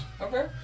Okay